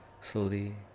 slowly